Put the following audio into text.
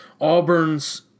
Auburn's